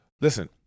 Listen